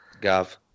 Gav